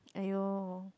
!aiyo!